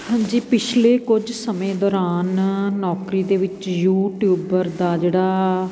ਹਾਂਜੀ ਪਿਛਲੇ ਕੁਝ ਸਮੇਂ ਦੌਰਾਨ ਨੌਕਰੀ ਦੇ ਵਿੱਚ ਯੂਟਿਊਬਰ ਦਾ ਜਿਹੜਾ